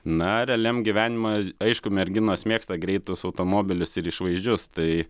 na realiam gyvenime aišku merginos mėgsta greitus automobilius ir išvaizdžius tai